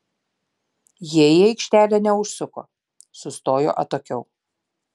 jie į aikštelę neužsuko sustojo atokiau